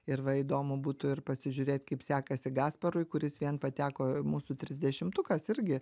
ir va įdomu būtų ir pasižiūrėt kaip sekasi gasparui kuris vien pateko mūsų trisdešimtukas irgi